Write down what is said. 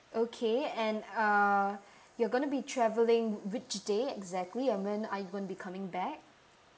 okay and uh you're going to be travelling which day exactly and when are you going to be coming back